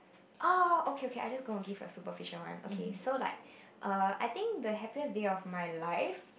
oh okay okay I just gonna give a superficial one okay so like err I think the happiest day of my life